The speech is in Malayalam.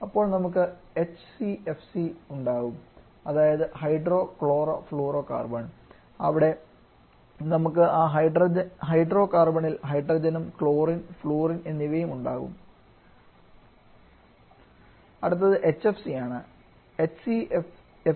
അപ്പോൾ നമുക്ക് എച്ച്സിഎഫ്സി ഉണ്ടാകും അതായത് ഹൈഡ്രോക്ലോറോഫ്ലൂറോകാർബൺ അവിടെ നമുക്ക് ആ ഹൈഡ്രോകാർബണിൽ ഹൈഡ്രജനും ക്ലോറിൻ ഫ്ലൂറിൻ എന്നിവയും ഉണ്ട് അടുത്തത് HFC ആണ്